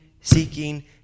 seeking